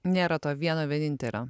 nėra to vieno vienintelio